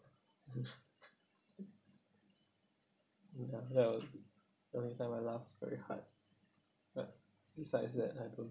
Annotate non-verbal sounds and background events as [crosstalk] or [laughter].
[noise] ya well the only time I laugh very hard but besides that I don't